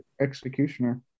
Executioner